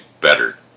better